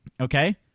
Okay